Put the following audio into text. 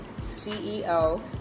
CEO